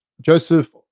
Joseph